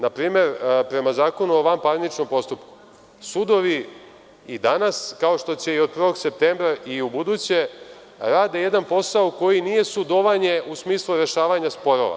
Na primer, prema Zakonu o vanparničnom postupku, sudovi i danas, kao što će i od 1. septembra, i ubuduće rade jedan posao koji nije sudovanje u smislu rešavanja sporova.